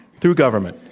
through government.